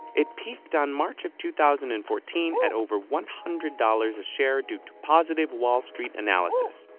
it peaked on march of two thousand and fourteen at over one hundred dollars a share due to positive wall street analysis.